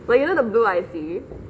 oh you know the blue I_C